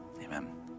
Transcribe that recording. Amen